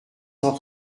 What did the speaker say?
cent